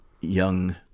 young